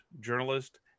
journalist